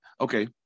Okay